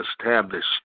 established